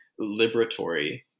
liberatory